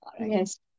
Yes